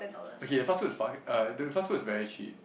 okay fast-food is fine uh the fast-food is very cheap